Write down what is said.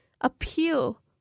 appeal